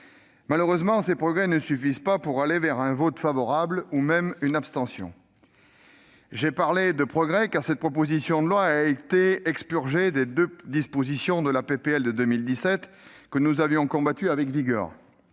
Malheureusement, ces progrès ne suffiront pas pour orienter le groupe Les Républicains vers un vote favorable ou même une abstention. J'ai parlé de « progrès », car cette proposition de loi a été expurgée des deux dispositions du texte de 2017 que nous avions combattues avec vigueur